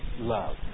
love